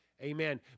Amen